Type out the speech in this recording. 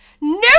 No